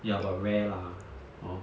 ya but rare lah hor